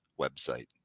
website